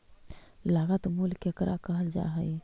लागत मूल्य केकरा कहल जा हइ?